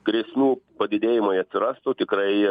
grėsmių padidėjimai atsirastų tikrai